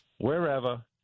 Wherever